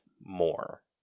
more